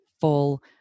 full